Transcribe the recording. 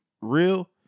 real